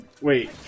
wait